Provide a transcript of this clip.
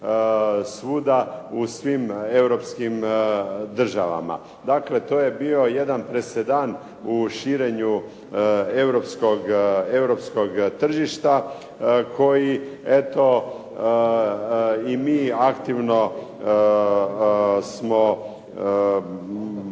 svuda u svim europskim državama. Dakle, to je bio jedan presedan u širenju europskog tržišta koji eto i mi aktivno smo